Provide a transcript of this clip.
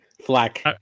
flak